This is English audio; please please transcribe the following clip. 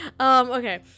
Okay